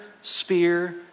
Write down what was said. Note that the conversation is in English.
spear